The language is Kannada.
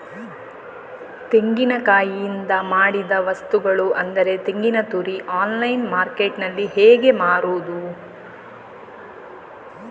ತೆಂಗಿನಕಾಯಿಯಿಂದ ಮಾಡಿದ ವಸ್ತುಗಳು ಅಂದರೆ ತೆಂಗಿನತುರಿ ಆನ್ಲೈನ್ ಮಾರ್ಕೆಟ್ಟಿನಲ್ಲಿ ಹೇಗೆ ಮಾರುದು?